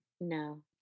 No